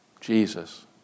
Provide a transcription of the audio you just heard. Jesus